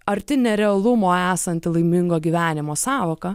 arti nerealumo esanti laimingo gyvenimo sąvoka